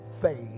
faith